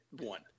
one